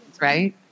Right